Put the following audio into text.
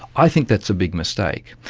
i think that's a big mistake.